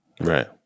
Right